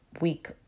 week